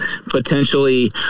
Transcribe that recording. potentially